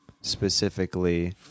specifically